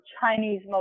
Chinese